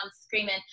screaming